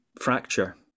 fracture